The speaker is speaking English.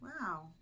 wow